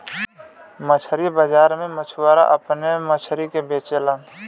मछरी बाजार में मछुआरा अपने मछरी के बेचलन